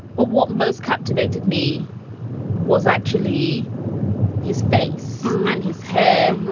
but what most captivated me was actually his face and his hair.